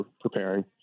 preparing